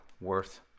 worth